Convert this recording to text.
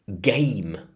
game